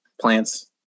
Plants